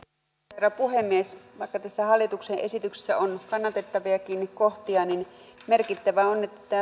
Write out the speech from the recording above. herra puhemies vaikka tässä hallituksen esityksessä on kannatettaviakin kohtia niin merkittävää on että